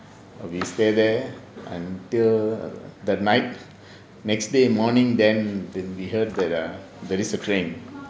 we stayed there until that night next day morning then we heard that err there is a train